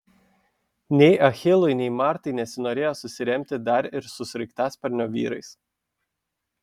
nei achilui nei martai nesinorėjo susiremti dar ir su sraigtasparnio vyrais